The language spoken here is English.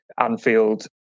Anfield